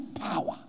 power